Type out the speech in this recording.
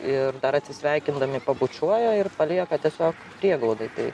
ir dar atsisveikindami pabučiuoja ir palieka tiesiog prieglaudai tai